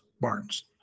Barnes